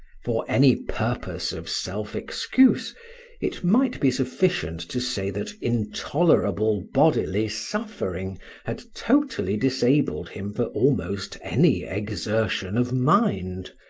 for any purpose of self-excuse it might be sufficient to say that intolerable bodily suffering had totally disabled him for almost any exertion of mind,